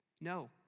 No